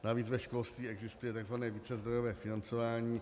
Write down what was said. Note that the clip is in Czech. Navíc ve školství existuje tzv. vícezdrojové financování.